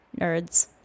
Nerds